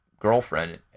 girlfriend